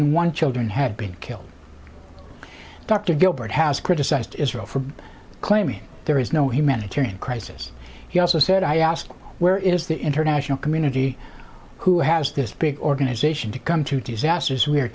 hundred one children had been killed dr gilbert has criticised israel for claiming there is no humanitarian crisis he also said i ask where is the international community who has this big organization to come to disasters we